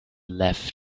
left